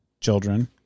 children